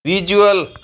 visual